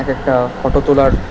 এক একটা ফটো তোলার